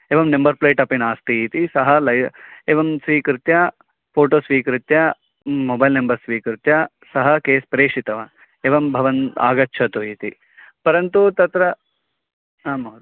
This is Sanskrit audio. एवं नम्बर् प्लेट् अपि नास्ति इति सः एवं स्वीकृत्य फ़ोटो स्वीकृत्य मोबैल् नम्बर् स्वीकृत्य सः केस् प्रेषितवान् एवं भवन् आगच्छतु इति परन्तु तत्र आम् महोदय